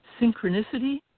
Synchronicity